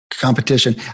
competition